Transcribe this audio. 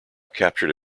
captured